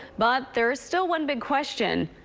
but there's still one big question,